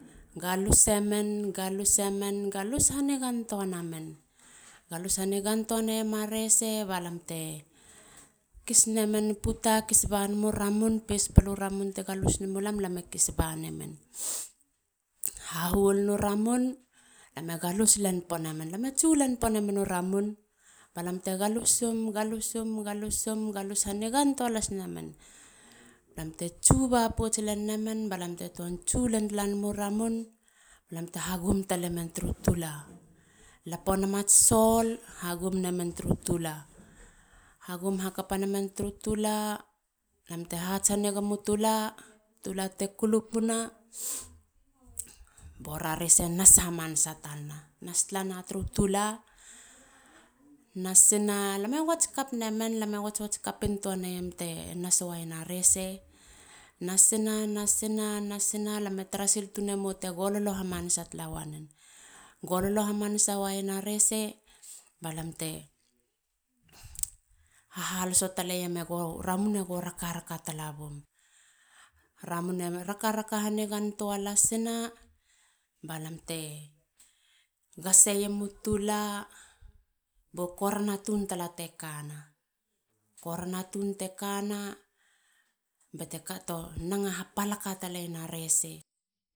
Galusemen. galusemen. galus ha nigan tuanamen. galus ha nigan tua neiema rese. balam te kis nemeni puta. kis ba neiemu ramun. pespalu ramun te galus nemulam. lam e kis ba nemen. Ha huolunu ramun. lam e galus len ponemen. lam e tsu len ponemen u ramun. ba lamte ggalusum. galusum. galus ha nigantua las nemen. lamte tsuba pouts len nemen. bete tuan tsu len talla nemu ramun ba lamte hagum talemen turu tula. lapo nem ats sol hagum nemen turu tula. hagum hakopa nemen turu tula. lam te hats hanigemu tula. tula te kulupuna. bora. rese nas hamanasa talana. nas talana turu tula. nasina. lam e wats kap nemen. lam e wats. wats kapintua neiem te nas wena rese. nasina. nasina. nasina. lame tarasil tunemo te gololo hhamanasa wanowen. gololo hamanasa wayena rese. ba lam te haloso taleiem u ramun ego rakaaraka lasina balam te gaseiemu tula. bo korana tun tala te kana. Korana tun te kana bate naga hapalakeiena rese.